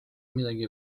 midagi